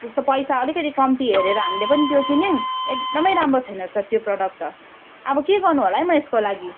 पैसा अलिकति कम्ती हेरेर हामीले पनि त्यो किन्यौँ एकदमै राम्रो छैन रहेछ त्यो प्रडक्ट त अब के गर्नु होला म यसको लागि